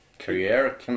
career